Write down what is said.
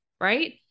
Right